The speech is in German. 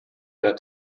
der